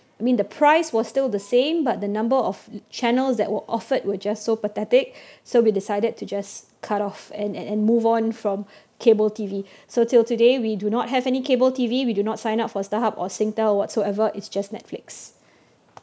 I mean the price was still the same but the number of channels that were offered were just so pathetic so we decided to just cut off and and and move on from cable T_V so till today we do not have any cable T_V we do not sign up for Starhub or Singtel whatsoever it's just Netflix